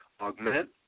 augment